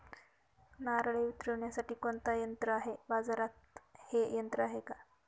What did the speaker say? नारळे उतरविण्यासाठी कोणते यंत्र आहे? बाजारात हे यंत्र आहे का?